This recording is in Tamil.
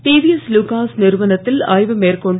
டிவிஎஸ் லூகாஸ் நிறுவனத்தில் ஆய்வு மேற்கொண்டு